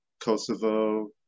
Kosovo